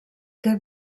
que